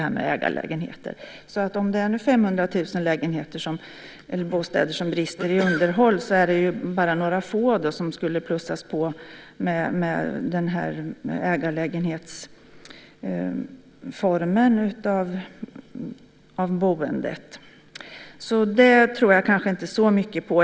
Om det finns brister i underhållet av 500 000 lägenheter skulle det inte förändras särskilt mycket om man inför ägarlägenheter som boendeform. Det tror jag inte så mycket på.